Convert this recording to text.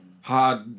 hard